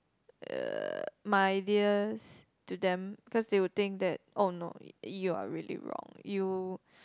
uh my ideas to them cause they would think that orh no you are really wrong you